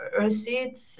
receipts